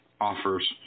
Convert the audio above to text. offers